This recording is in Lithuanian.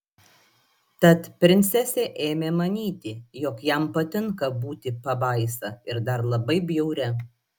tad princesė ėmė manyti jog jam patinka būti pabaisa ir dar labai bjauria